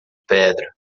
pedra